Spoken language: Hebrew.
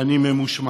אני ממושמע.